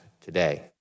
today